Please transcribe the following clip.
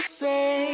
say